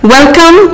Welcome